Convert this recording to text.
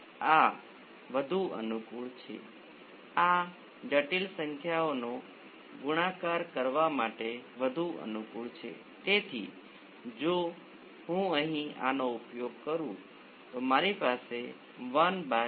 હવે આ સર્કિટ ખૂબ જ જટિલ લાગે છે પરંતુ મુદ્દો એ છે કે ચાલો કહીએ કે હું આને I s કહું છું અને મેં આને 0 કહ્યું આ એક ઓપન સર્કિટ બને છે અને આ ફાઇલને પાછળથી જોતા તમારી પાસે કેટલાક રેઝિસ્ટર R x છે